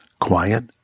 quiet